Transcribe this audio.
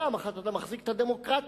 פעם אחת אתה מחזיק את הדמוקרטיה,